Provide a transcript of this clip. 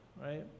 right